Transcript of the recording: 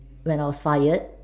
when I was fired